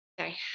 Okay